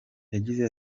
yagize